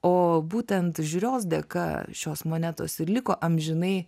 o būtent žiūros dėka šios monetos ir liko amžinai